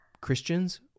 Christians